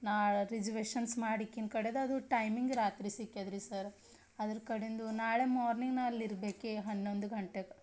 ನಾನು ರಿಸ್ವೇಷನ್ಸ್ ಮಾಡಿಕ್ಕಿನ ಕಡೆದದು ಟೈಮಿಂಗ್ ರಾತ್ರಿ ಸಿಕ್ಯದ್ರಿ ಸರ್ ಅದರ ಕಡೆಂದು ನಾಳೆ ಮಾರ್ನಿಂಗ್ ನಾನು ಅಲ್ಲಿರ್ಬೇಕು ಹನ್ನೊಂದು ಗಂಟೆಗೆ